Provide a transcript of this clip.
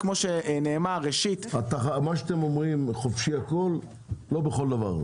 מה שאתם אומרים לא בכל דבר.